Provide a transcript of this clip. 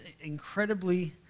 incredibly